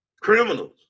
Criminals